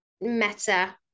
meta